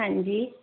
ਹਾਂਜੀ